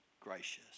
gracious